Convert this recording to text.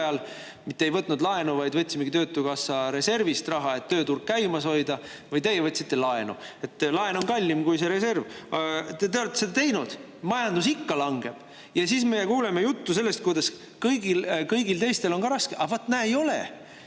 Me ei võtnud laenu, vaid võtsime töötukassa reservist raha, et tööturg käimas hoida. Teie võtsite laenu. Laen on kallim kui see reserv. Aga te olete seda teinud ja majandus ikka langeb. Ja siis me kuuleme juttu sellest, kuidas kõigil teistel on ka raske. Aga näe, ei ole!